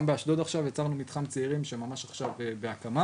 גם באשדוד עכשיו יצרנו מתחם צעירים שממש עכשיו בהקמה.